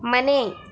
ಮನೆ